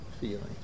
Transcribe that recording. feeling